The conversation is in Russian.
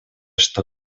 что